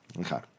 Okay